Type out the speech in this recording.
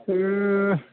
बेयो